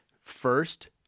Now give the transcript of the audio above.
first